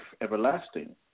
everlasting